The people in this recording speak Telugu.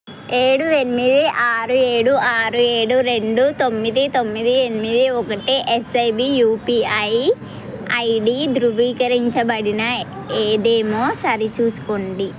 ఏడు ఎనిమిది ఆరు ఏడు ఆరు ఏడు రెండు తొమ్మిది తొమ్మిది ఎనిమిది ఒకటి ఎస్ఐబి యూపీఐ ఐడి ధృవీకరించబడిన ఏదేమో సరిచూసుకోండి